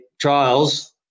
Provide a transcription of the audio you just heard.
trials